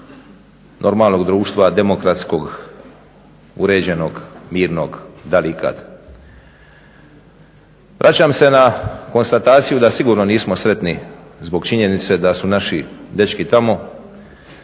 normalnog društva, demokratski uređenog, mirnog, da li ikad. Vraćam se na konstataciju da sigurno nismo sretni zbog činjenice da su naši dečki tamo.